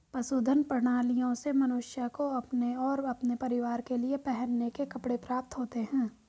पशुधन प्रणालियों से मनुष्य को अपने और अपने परिवार के लिए पहनने के कपड़े प्राप्त होते हैं